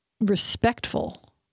respectful